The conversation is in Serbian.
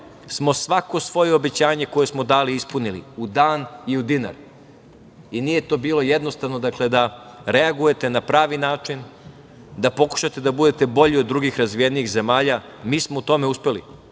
smo svako svoje obećanje koje smo dali ispunili, u dan i u dinar. Nije to bilo jednostavno da reagujete na pravi način, da pokušate da budete bolji od drugih razvijenih zemalja. Mi smo u tome uspeli